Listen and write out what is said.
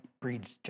breeds